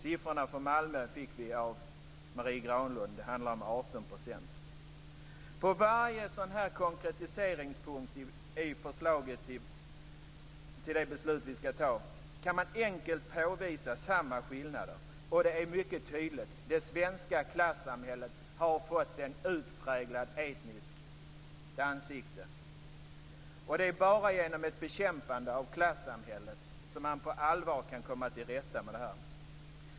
Siffrorna för Malmö fick vi av Marie Granlund. Det handlar om 18 %. På varje sådan konkretiseringspunkt i förslaget till det beslut vi skall ta kan man enkelt påvisa samma skillnader. Det är mycket tydligt: Det svenska klasssamhället har fått ett utpräglat etniskt ansikte. Det är bara genom bekämpande av klassamhället som man på allvar kan komma till rätta med detta.